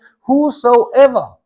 whosoever